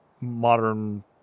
modern